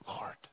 Lord